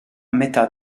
metà